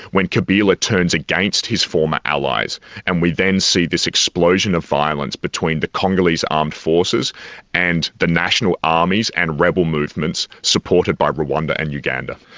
when kabila turns against his former allies and we then see this explosion of violence between the congolese armed forces and the national armies and rebel movements supported by rwanda and uganda.